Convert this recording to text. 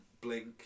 Blink